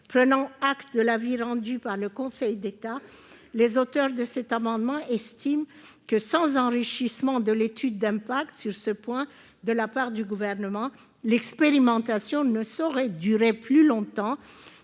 Prenant acte de l'avis rendu par le Conseil d'État, les auteurs de cet amendement estiment que, sans enrichissement de l'étude d'impact sur ce point de la part du Gouvernement, l'expérimentation ne saurait aller au-delà